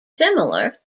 similar